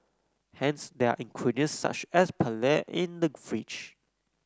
hence there are ingredients such as paella in the fridge